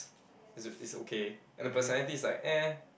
is is okay and the personality is like eh